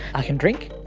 i can drink,